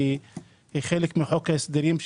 שהיא חלק מחוק ההסדרים,